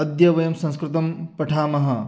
अद्य वयं संस्कृतं पठामः